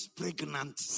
pregnant